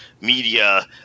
media